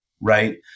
Right